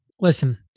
Listen